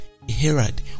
herod